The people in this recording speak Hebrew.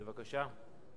בבקשה.